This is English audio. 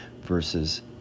versus